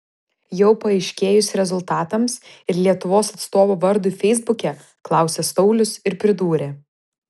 jau paaiškėjus rezultatams ir lietuvos atstovo vardui feisbuke klausė saulius ir pridūrė